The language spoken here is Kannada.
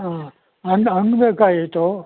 ಹಾಂ ಹಣ್ಣು ಹಣ್ಣು ಬೇಕಾಗಿತ್ತು